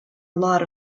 lot